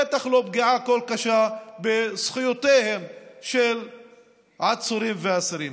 בטח לא פגיעה כה קשה בזכויותיהם של עצורים ואסירים.